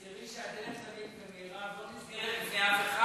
תזכרי שהדלת לא נסגרת בפני אף אחד